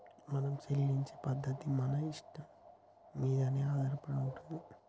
మనం చెల్లించే పద్ధతి మన ఇష్టం మీదనే ఆధారపడి ఉంటది